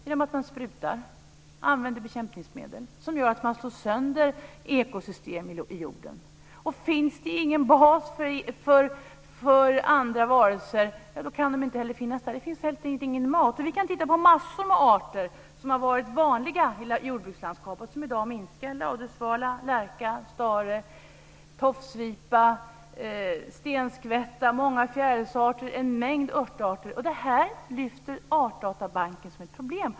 Man besprutar och använder bekämpningsmedel som gör att ekosystem i jorden slås sönder. Finns det ingen bas för andra varelser kan de inte existera. Det finns helt enkelt ingen mat. Massor av arter som har varit vanliga i jordbrukslandskapet minskar i dag. Det gäller ladusvala, lärka, stare, tofsvipa, stenskvätta, många fjärilsarter och örtarter. Det här lyfter man på Artdatabanken fram som ett problem.